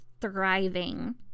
thriving